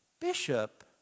bishop